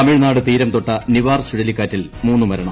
തമിഴ്നാട് തീരംതൊട്ട നിവാർ ചുഴലിക്കാറ്റിൽ മൂന്ന് മരണം